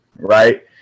right